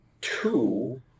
two